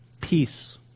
Peace